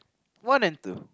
one and two